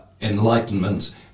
Enlightenment